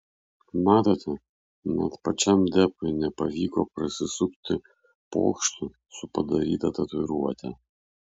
matote net pačiam depui nepavyko prasisukti pokštu su padaryta tatuiruote